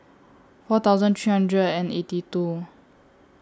four thousand three hundred and eighty two